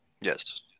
Yes